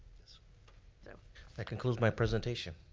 so that concludes my presentation.